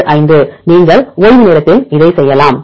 685 நீங்கள் ஓய்வு நேரத்தில் இதை செய்யலாம்